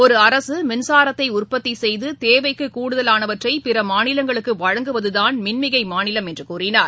ஒரு அரசுமின்சாரத்தை உற்பத்திசெய்ததேவைக்கு உடுதலானவற்றை பிறமாநிலங்களுக்குவழங்குவதுதான் மின்மிகைமாநிலம் என்றுகூறினார்